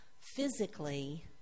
physically